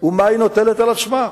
ומה היא נוטלת על עצמה.